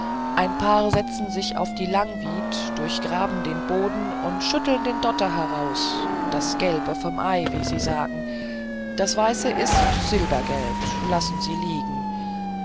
ein paar setzen sich auf die langwied durchgraben den boden und schütteln den dotter heraus das gelbe vom ei wie sie sagen was weißes ist silbergeld lassen sie liegen